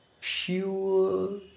pure